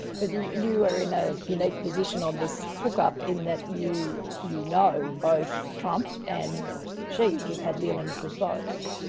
but you are in a unique position on this hook up, in that you you know both trump and xi. you've had dealings with both.